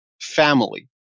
family